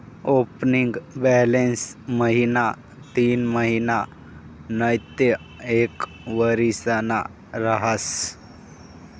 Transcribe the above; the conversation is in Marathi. ओपनिंग बॅलन्स महिना तीनमहिना नैते एक वरीसना रहास